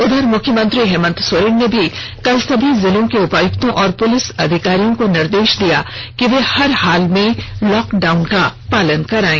उधर मुख्यमंत्री हेमंत सोरेन ने भी कल सभी जिलों के उपायुक्तों और पुलिस अधिकारियों को निर्देश दिया है कि वे हर हाल में लॉकडाउन का पालन करायें